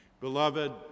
Beloved